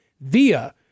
via